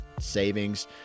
savings